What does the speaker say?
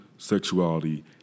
sexuality